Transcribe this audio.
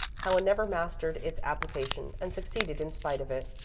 helen never mastered its application and succeeded in spite of it.